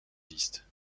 liste